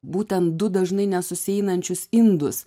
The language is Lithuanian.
būtent du dažnai nesusieinančius indus